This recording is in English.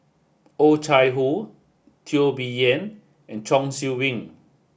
oh Chai Hoo Teo Bee Yen and Chong Siew Ying